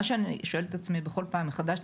מה שאני שואלת את עצמי בכל פעם מחדש: